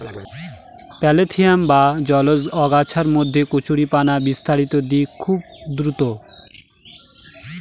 parthenium বা জলজ আগাছার মধ্যে কচুরিপানা বিস্তারের দিক খুবই দ্রূত